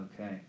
Okay